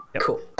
Cool